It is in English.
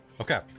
Okay